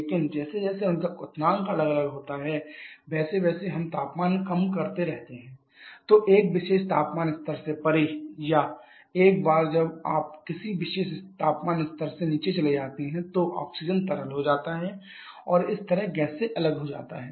लेकिन जैसे जैसे उनका क्वथनांक अलग होता है वैसे वैसे हम तापमान कम करते रहते हैं तो एक विशेष तापमान स्तर से परे या एक बार जब आप किसी विशेष तापमान स्तर से नीचे चले जाते हैं तो ऑक्सीजन तरल हो जाता है और इस तरह गैस से अलग हो जाता है